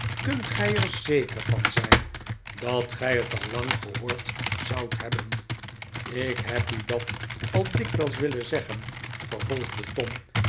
kunt gij er zeker van zijn dat gij het al lang gehoord zoudt hebben ik heb u dat al dikwijls willen zeggen vervolgde tom